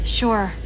sure